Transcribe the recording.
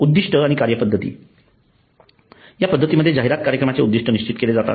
उद्दीष्ट आणि कार्यपद्धती या पद्धतीमध्ये जाहिरात कार्यक्रमाचे उद्दीष्ट निश्चित केले जातात